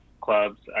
clubs